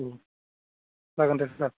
औ जागोन दे सार